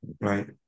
right